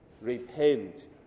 Repent